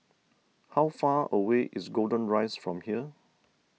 how far away is Golden Rise from here